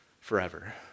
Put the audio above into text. forever